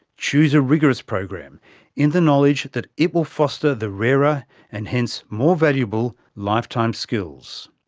choose a rigorous program in the knowledge that it will foster the rarer and hence more valuable lifetime skills.